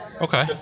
Okay